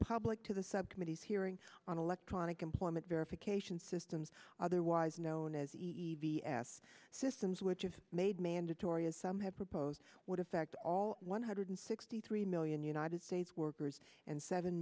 public to the subcommittees hearing on electronic employment verification systems otherwise known as the e b s systems which you've made mandatory as some have proposed would affect all one hundred sixty three million united states workers and seven